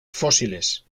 fósiles